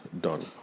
done